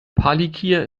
palikir